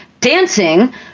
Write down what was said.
dancing